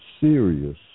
Serious